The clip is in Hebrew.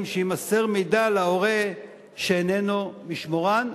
שיימסר מידע להורה שאיננו משמורן,